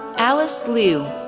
alice lew,